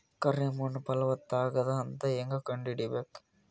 ಕರಿ ಮಣ್ಣು ಫಲವತ್ತಾಗದ ಅಂತ ಹೇಂಗ ಕಂಡುಹಿಡಿಬೇಕು?